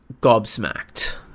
gobsmacked